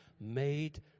made